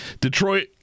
Detroit